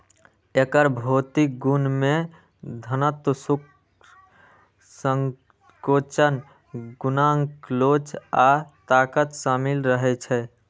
एकर भौतिक गुण मे घनत्व, शुष्क संकोचन गुणांक लोच आ ताकत शामिल रहै छै